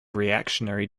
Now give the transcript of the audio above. reactionary